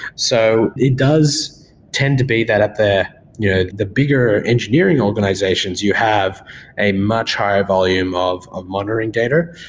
so, it does tend to be that at the yeah the bigger engineering organizations, you have a much higher volume of of monitoring data.